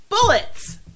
Bullets